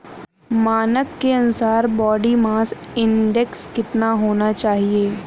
मानक के अनुसार बॉडी मास इंडेक्स कितना होना चाहिए?